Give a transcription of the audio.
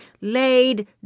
laid